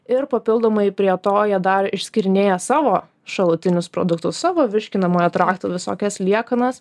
ir papildomai prie to jie dar išskyrinėja savo šalutinius produktus savo virškinamojo trakto visokias liekanas